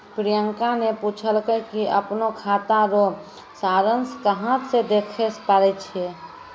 प्रियंका ने पूछलकै कि अपनो खाता रो सारांश कहां से देखै पारै छै